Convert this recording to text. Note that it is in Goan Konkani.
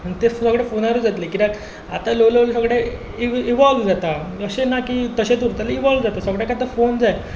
तें सगलें फोनारूच जातलें कित्याक आतां ल्हव ल्हव सगलें इवोल्व जाता अशें ना की तशेंच उरतलें इवोल्व जाता सगळ्यांत आतां फोन जाय